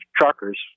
truckers